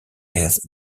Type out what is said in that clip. his